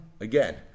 again